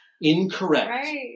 incorrect